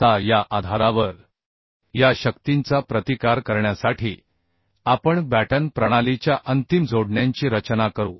आता या आधारावर या शक्तींचा प्रतिकार करण्यासाठी आपण बॅटन प्रणालीच्या अंतिम जोडण्यांची रचना करू